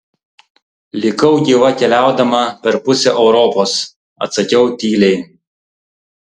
likau gyva keliaudama per pusę europos atsakiau tyliai